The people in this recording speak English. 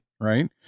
Right